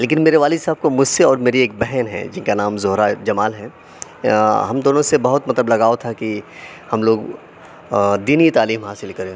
لیکن میرے والد صاحب کو مجھ سے اور میری ایک بہن ہیں جن کا نام زہرہ جمال ہے ہم دونوں سے بہت مطلب لگاؤ تھا کہ ہم لوگ دینی تعلیم حاصل کریں